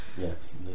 yes